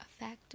affect